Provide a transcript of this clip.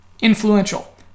influential